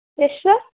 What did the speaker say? ಎಷ್ಟು